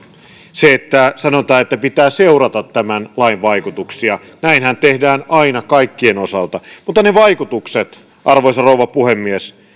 sanotaan että pitää seurata tämän lain vaikutuksia mutta näinhän tehdään aina kaikkien osalta ne vaikutukset arvoisa rouva puhemies